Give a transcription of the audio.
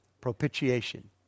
Propitiation